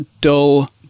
dull